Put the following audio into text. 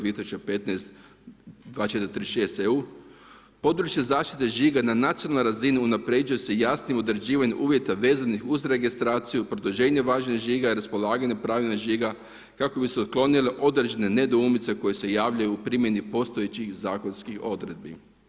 2436EU područje zaštite žiga na nacionalnoj razini unapređuje se jasnim određivanjem uvjeta vezanih uz registraciju, produženje važenja žiga i raspolaganje pravilno žiga kako bi se uklonile određene nedoumice koje se javljaju u primjeni postojećih zakonskih odredbi.